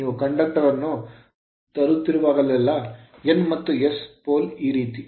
ನೀವು ಈ ಕಂಡಕ್ಟರ್ ಅನ್ನು ತರುತ್ತಿರುವಾಗಲೆಲ್ಲಾ N ಮತ್ತು S pole ಪೋಲ್ ಈ ರೀತಿ